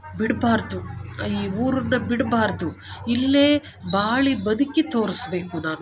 ಬಿಡಬಾರ್ದು ಈ ಊರನ್ನ ಬಿಡಬಾರ್ದು ಇಲ್ಲೇ ಬಾಳಿ ಬದುಕಿ ತೋರಿಸಬೇಕು ನಾನು